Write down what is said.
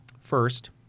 First